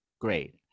great